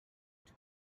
vote